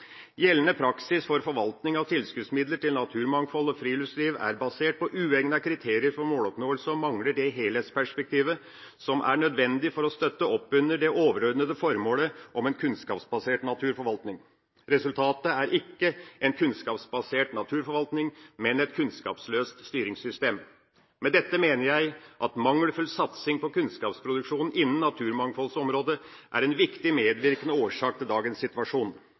praksis for forvaltning av tilskuddsmidler til naturmangfold og friluftsliv er basert på uegnete kriterier for måloppnåelse og mangler det helhetsperspektivet som er nødvendig for å støtte opp under det overordnete formålet om en kunnskapsbasert naturforvaltning. Resultatet er ikke en kunnskapsbasert naturforvaltning, men et kunnskapsløst styringssystem.» Med dette mener jeg at mangelfull satsing på kunnskapsproduksjon innen naturmangfoldsområdet er en viktig medvirkende årsak til dagens situasjon.